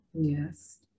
yes